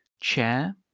chair